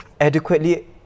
adequately